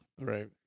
right